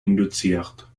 induziert